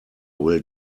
will